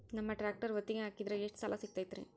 ನಮ್ಮ ಟ್ರ್ಯಾಕ್ಟರ್ ಒತ್ತಿಗೆ ಹಾಕಿದ್ರ ಎಷ್ಟ ಸಾಲ ಸಿಗತೈತ್ರಿ?